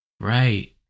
right